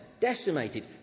decimated